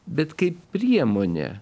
bet kaip priemonė